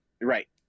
right